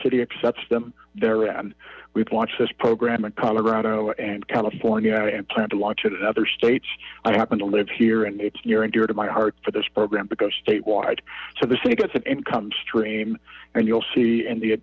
city accepts them therein we've launched this program colorado and california and plan to launch it in other states i happen to live here and it's near and dear to my heart for this program because statewide so the state gets an income stream and you'll see in